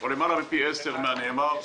יותר מפי עשרה מן הנאמר.